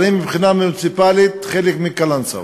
אבל הם, מבחינה מוניציפלית, חלק מקלנסואה.